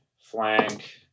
flank